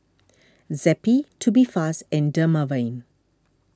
Zappy Tubifast and Dermaveen